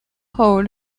hole